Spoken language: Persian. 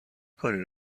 کاری